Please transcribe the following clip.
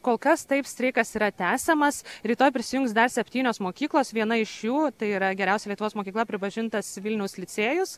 kol kas taip streikas yra tęsiamas rytoj prisijungs dar septynios mokyklos viena iš jų tai yra geriausia lietuvos mokykla pripažintas vilniaus licėjus